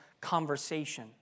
conversation